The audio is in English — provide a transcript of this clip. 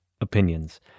opinions